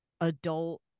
adult